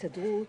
לפרוטוקול.